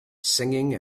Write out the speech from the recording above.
singing